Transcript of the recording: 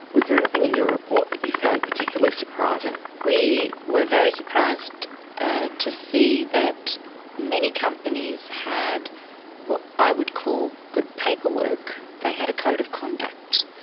was there anything in your report that you found particularly surprising? we were very surprised ah to see that many companies had what i would call good paperwork they had a code of conduct,